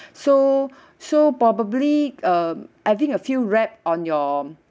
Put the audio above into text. so so probably um having a few wrap on your